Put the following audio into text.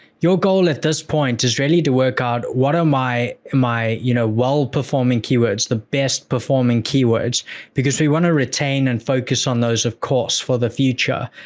your goal at this point is really to work out, what are my, you know, well performing keywords, the best performing keywords, because we want to retain and focus on those of course, for the future.